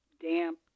damp